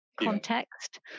context